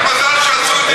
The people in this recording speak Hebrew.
גם אנחנו דואגים.